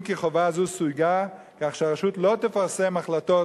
אם כי חובה זו סויגה כך שהרשות לא תפרסם החלטות